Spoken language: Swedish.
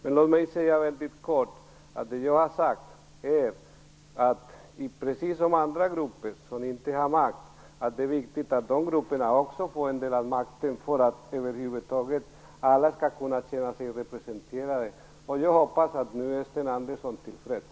Mycket kort: Det jag har sagt är att det är viktigt att de grupper som inte har makt får del av den så att alla skall kunna känna sig representerade. Jag hoppas att Sten Andersson nu är till freds.